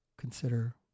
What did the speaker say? consider